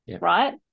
right